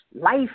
life